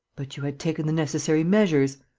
but you had taken the necessary measures.